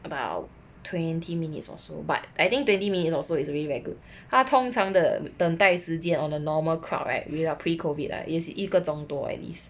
about twenty minutes or so but I think twenty minutes or is really very good 他通常的等待时间 on a normal crowd right without pre COVID ah is 一个钟多